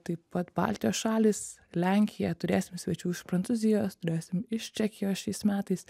taip pat baltijos šalys lenkija turėsim svečių iš prancūzijos turėsim iš čekijos šiais metais